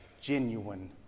genuine